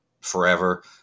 forever